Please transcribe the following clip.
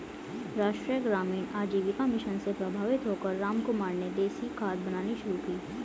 राष्ट्रीय ग्रामीण आजीविका मिशन से प्रभावित होकर रामकुमार ने देसी खाद बनानी शुरू की